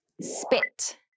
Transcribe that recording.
Spit